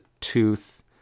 tooth